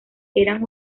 eran